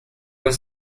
was